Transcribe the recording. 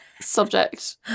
subject